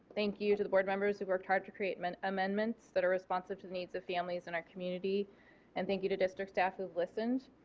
thank you you to the board members who worked hard to create um and amendments that are responsive to the needs families in our community and thank you to district staff who have listened.